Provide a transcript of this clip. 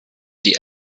die